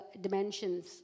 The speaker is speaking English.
dimensions